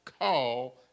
call